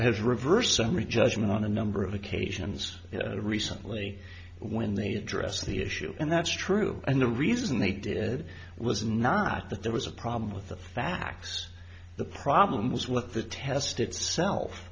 has reversed summary judgment on a number of occasions recently when they addressed the issue and that's true and the reason they did was not that there was a problem with the facts the problem was with the test itself